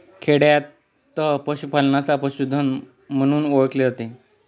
खेडयांत पशूपालनाला पशुधन म्हणून ओळखले जाते